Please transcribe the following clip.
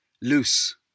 loose